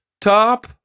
top